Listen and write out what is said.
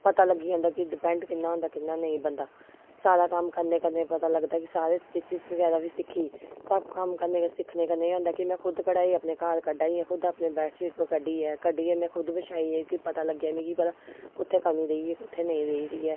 पता लग्गी जंदा कि डिपैंड कि'यां होंदा कि'यां नेईं बंदा सारा कम्म करने कन्नै पता लगदा कि सारे स्टिचिस बगैरा बी सिक्खी सब कम्म करने सिक्खने कन्नै एह् होंदा कि में खुद कढाई अपने घर कड्ढा दी आं खुद अपने बैड्डशीट पर कड्ढी ऐ कड्ढियै में खुद बछाई ऐ कि पता लग्गे मिगी भला कु'त्थै कमी रेही ऐ कु'त्थै नेईं रेही दी ऐ